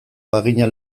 bagina